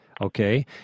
Okay